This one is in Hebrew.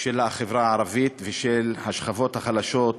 של החברה הערבית ושל השכבות החלשות במדינה.